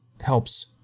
helps